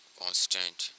constant